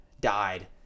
died